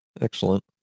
Excellent